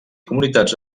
comunitats